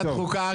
החוקה.